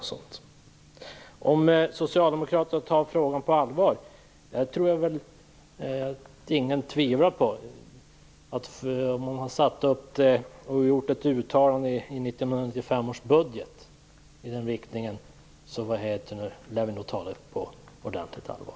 Jag tror inte att någon tvivlar på att Socialdemokraterna tar den här frågan på allvar. Eftersom man har gjort ett uttalande i 1995 års budget i den riktningen lär vi ta frågan ordentligt på allvar.